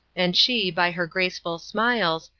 and she, by her graceful smiles,